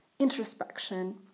introspection